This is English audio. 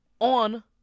on